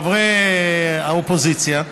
וחברי האופוזיציה,